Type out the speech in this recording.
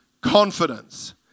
confidence